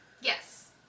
Yes